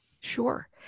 sure